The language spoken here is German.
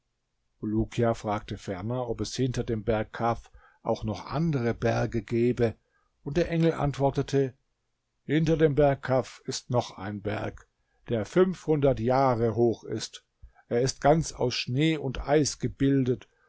bulukia fragte ferner ob es hinter dem berg kaf auch noch andere berge gäbe und der engel antwortete hinter dem berg kaf ist noch ein berg der fünfhundert jahre hoch ist er ist ganz aus schnee und eis gebildet